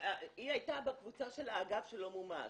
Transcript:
היא הייתה בקבוצה של האגף שלא מומש.